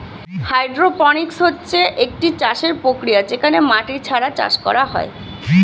hydroponics হচ্ছে একটি চাষের প্রক্রিয়া যেখানে মাটি ছাড়া চাষ করা হয়